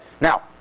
Now